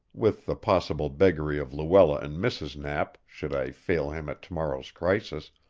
with the possible beggary of luella and mrs. knapp, should i fail him at tomorrow's crisis,